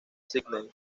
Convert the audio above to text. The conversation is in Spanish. sídney